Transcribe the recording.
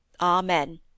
Amen